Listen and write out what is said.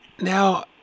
Now